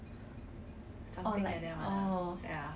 but you just need to do certain exercises correctly